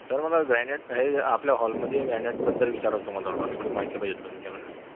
sir मला granite हे आपल्या हॉलमध्ये ग्रॅनाईटबद्दल विचारायचं होतं तुम्हाला थोडंफार थोडी माहिती पाहिजे होती तुमच्याकडून